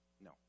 No